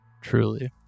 Truly